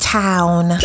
town